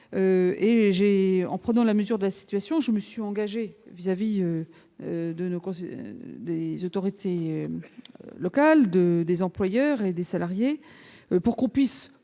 ayant pris la mesure de la situation, je me suis engagée vis-à-vis des autorités locales, des employeurs et des salariés pour qu'on puisse